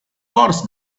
course